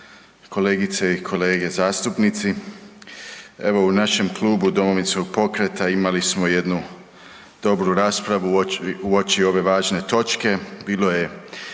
kolegice i kolege zastupnici evo u našem klubu Domovinskog pokreta imali smo jednu dobru raspravu uoči ove važne točke,